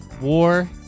War